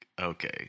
okay